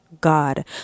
god